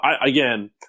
Again